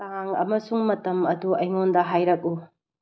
ꯇꯥꯡ ꯑꯃꯁꯨꯡ ꯃꯇꯝ ꯑꯗꯨ ꯑꯩꯉꯣꯟꯗ ꯍꯥꯏꯔꯛꯎ